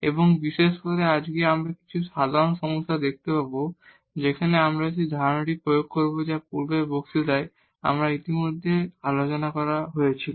এবং বিশেষ করে আজ আমরা কিছু সাধারণ সমস্যা দেখতে পাব যেখানে আমরা সেই ধারণাটি প্রয়োগ করব যা পূর্বের বক্তৃতায় ইতিমধ্যেই আলোচনা করা হয়েছিল